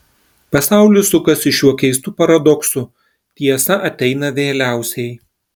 pasaulis sukasi šiuo keistu paradoksu tiesa ateina vėliausiai